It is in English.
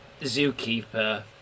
zookeeper